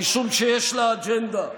משום שיש לה אג'נדה.